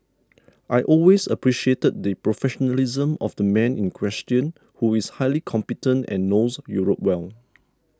I always appreciated the professionalism of the man in question who is highly competent and knows Europe well